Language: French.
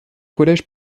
collèges